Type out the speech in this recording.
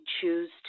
choose